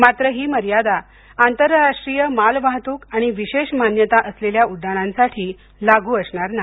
मात्र ही मर्यादा आंतरराष्ट्रीय माल वाहतूक आणि विशेष मान्यता असलेल्या उड्डाणांसाठी लागू असणार नाही